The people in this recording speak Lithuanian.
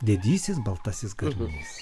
didysis baltasis garnys